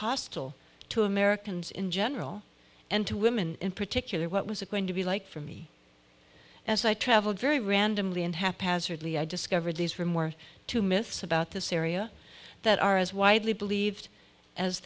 hostile to americans in general and to women in particular what was it going to be like for me as i traveled very randomly and haphazardly i discovered these were more two myths about the syria that are as widely believed as